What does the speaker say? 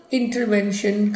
intervention